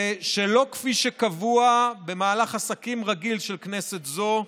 ושלא יהיה כפי שקבוע במהלך עסקים רגיל של כנסת זו,